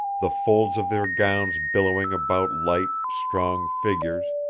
the folds of their gowns billowing about light, strong figures,